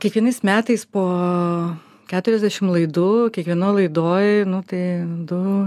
kiekvienais metais po keturiasdešimt laidų kiekvienoj laidoj nu tai du